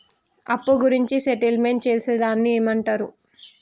అప్పు గురించి సెటిల్మెంట్ చేసేదాన్ని ఏమంటరు?